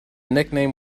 nickname